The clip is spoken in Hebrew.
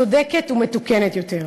צודקת ומתוקנת יותר.